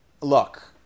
Look